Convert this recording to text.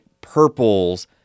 purples